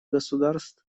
государств